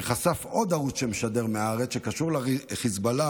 שחשף עוד ערוץ שמשדר מהארץ שקשור לחיזבאללה,